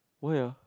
why ah